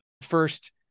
first